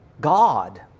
God